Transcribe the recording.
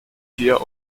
tier